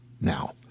now